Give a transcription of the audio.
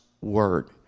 Word